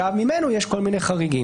ממנו יש כל מיני חריגים.